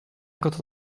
quand